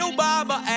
Obama